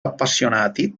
appassionati